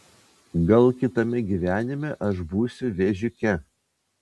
gal kitame gyvenime aš būsiu vėžiuke